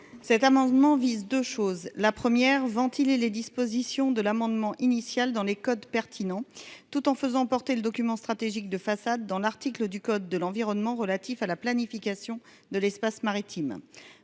Cet amendement vise 2 choses : la première ventiler les dispositions de l'amendement initial dans les codes pertinent, tout en faisant porter le document stratégique de façade dans l'article du code de l'environnement, relatif à la planification de l'espace maritime